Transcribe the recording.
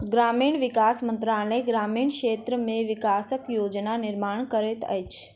ग्रामीण विकास मंत्रालय ग्रामीण क्षेत्र के विकासक योजना निर्माण करैत अछि